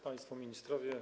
Państwo Ministrowie!